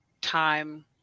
time